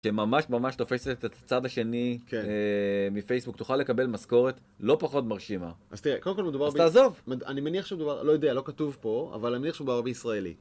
שממש ממש תופסת את הצד השני... כן. מפייסבוק, תוכל לקבל משכורת לא פחות מרשימה. אז תראה, קודם כל מדובר ב... אז תעזוב! אני מניח שמדובר, לא יודע, לא כתוב פה, אבל אני מניח שמדובר בישראלי.